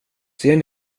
ser